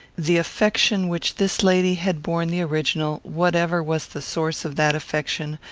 the affection which this lady had borne the original, whatever was the source of that affection,